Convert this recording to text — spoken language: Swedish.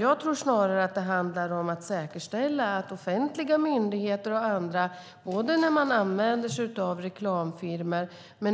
Jag tror snarare att det handlar om att säkerställa att offentliga myndigheter och andra, både när man använder sig av reklamfirmor